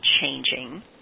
changing